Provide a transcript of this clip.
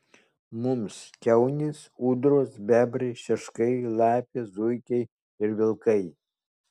mums kiaunės ūdros bebrai šeškai lapės zuikiai ir vilkai